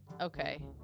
Okay